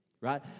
Right